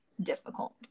difficult